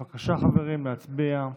בבקשה, חברים, להצביע.